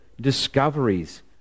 discoveries